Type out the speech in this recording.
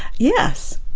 yes.